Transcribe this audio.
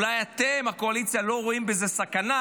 אולי אתם בקואליציה לא רואים בזה סכנה,